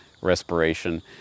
respiration